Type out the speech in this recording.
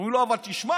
אומרים לו: אבל תשמע,